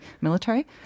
military